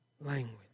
language